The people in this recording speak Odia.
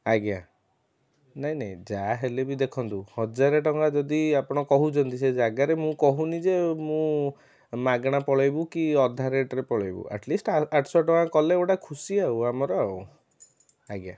ଆଜ୍ଞା ନାଇଁ ନାଇଁ ଯାହା ହେଲେ ବି ଦେଖନ୍ତୁ ହଜାରେ ଟଙ୍କା ଯଦି ଆପଣ କହୁଛନ୍ତି ସେ ଜାଗାରେ ମୁଁ କହୁନି ଯେ ମୁଁ ମାଗଣା ପଳେଇବୁ କି ଅଧା ରେଟ୍ରେ ପଳେଇବୁ ଆଟ୍ଲିସ୍ଟ ଆଠଶହ କଲେ ଗୋଟେ ଖୁସି ଆଉ ଆମର ଆଉ ଆଜ୍ଞା